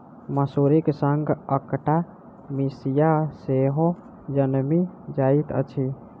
मसुरीक संग अकटा मिसिया सेहो जनमि जाइत अछि